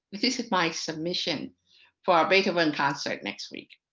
this is my submission for beethoven concert next week.